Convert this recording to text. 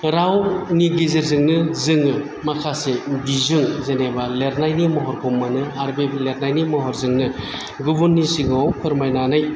रावनि गेजेरजोंनो जोङो माखासे बिजों जेनेबा लिरनायनि महरखौ मोनो आरो बि लिरनायनि महरजोंनो गुबुननि सिगाङाव फोरमायनानै